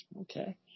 Okay